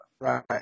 Right